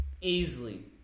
Easily